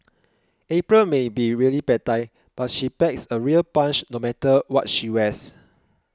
April may be really petite but she packs a real punch no matter what she wears